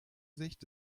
sicht